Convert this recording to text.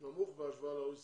נמוך בהשוואה ל-OECD.